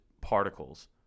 particles